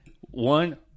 One